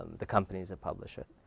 the companies that publish it.